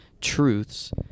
truths